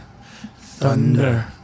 thunder